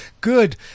Good